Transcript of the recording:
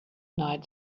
night